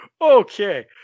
Okay